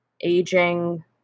aging